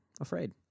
afraid